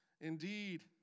indeed